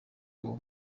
uwo